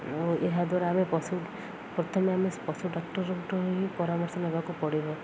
ଆଉ ଏହାଦ୍ଵାରା ଆମେ ପଶୁ ପ୍ରଥମେ ଆମେ ପଶୁ ଡ଼ାକ୍ଟରଠୁ ହିଁ ପରାମର୍ଶ ନେବାକୁ ପଡ଼ିବ